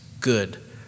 good